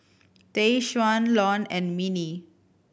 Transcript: Tayshaun Lon and Minnie